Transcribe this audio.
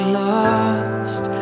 lost